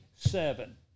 seven